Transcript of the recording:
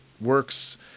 works